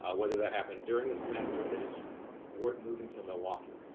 ah whether that happened during the semester or that is one moving to milwaukee.